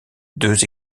deux